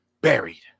buried